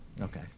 Okay